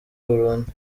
burundu